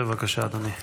בבקשה, אדוני.